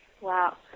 Wow